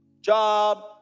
Job